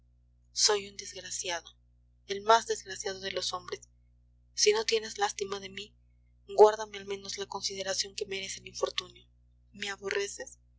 soy un desgraciado el más desgraciado de los hombres si no tienes lástima de mí guárdame al menos la consideración que merece el infortunio me aborreces